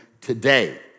today